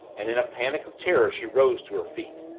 and in a panic of terror she rose to her feet.